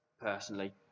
personally